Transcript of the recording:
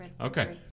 okay